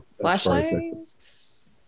Flashlights